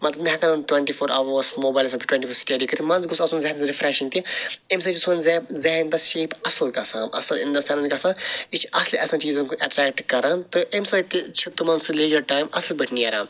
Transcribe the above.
مطلب تِم ہیٚکن نہٕ ٹُویٚنٹی فور اَوٲرس موبایل فونَس پٮ۪ٹھ سٹیڈی کٔرِتھ مَنٛزٕ گوٚژھ آسُن ذہنَس رِفریٚشِنٛگ تہِ اَمہِ سۭتۍ چھ سون ذہنَس شیپ اصٕل گَژھان اصٕل اِن دَ سیٚنٕس گَژھان یہِ چھِ اصلہٕ اصلہٕ چیٖزَن کُن اَٹرٛیٚکٹہٕ کَران تہٕ اَمہِ سۭتۍ تہِ چھُ تِمن سُہ لیجر ٹایم اصٕل پٲٹھۍ نیران